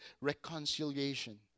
reconciliation